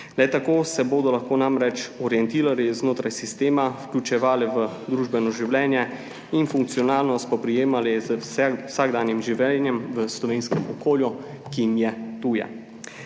tako se bodo lahko namreč orientirali znotraj sistema, vključevali v družbeno življenje in funkcionalno spoprijemali z vsakdanjim življenjem v slovenskem okolju, ki jim je tuje.